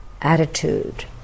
attitude